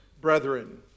brethren